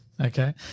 okay